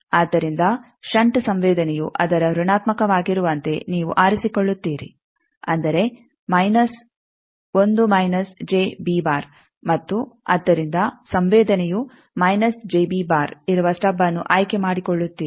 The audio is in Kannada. ಆದ್ದರಿಂದ ಷಂಟ್ ಸಂವೇದನೆಯು ಅದರ ಋಣಾತ್ಮಕವಾಗಿರುವಂತೆ ನೀವು ಆರಿಸಿಕೊಳ್ಳುತ್ತೀರಿ ಅಂದರೆ ಮೈನಸ್ ಮತ್ತು ಆದ್ದರಿಂದ ಸಂವೇದನೆಯು ಇರುವ ಸ್ಟಬ್ಅನ್ನು ಆಯ್ಕೆ ಮಾಡಿಕೊಳ್ಳುತ್ತೀರಿ